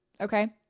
okay